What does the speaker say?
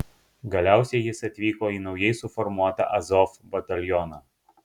galiausiai jis atvyko į naujai suformuotą azov batalioną